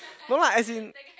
no lah as in